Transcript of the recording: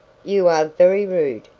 you are very rude,